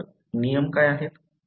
तर नियम काय आहेत